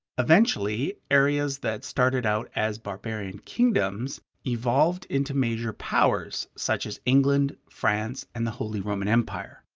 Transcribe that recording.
eventually, areas that started out as barbarian kingdoms evolved into major powers such as england, france, and the holy roman empire.